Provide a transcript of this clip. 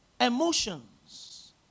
Emotions